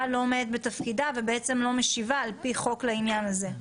לא עומדת בתפקידה ובעצם לא משיבה על פי חוק לעניין הזה?